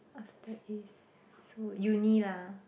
after A's so uni lah